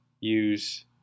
use